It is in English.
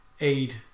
aid